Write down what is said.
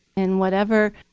in whatever